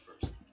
first